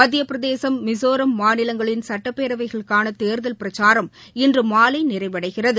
மத்திய பிரதேசம் மிசோராம் மாநிலங்களின் சட்டப்பேரவைகளுக்கான தோ்தல் பிரச்சாரம் இன்று மாலை நிறைவடைகிறது